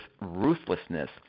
ruthlessness